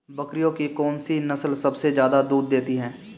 बकरियों की कौन सी नस्ल सबसे ज्यादा दूध देती है?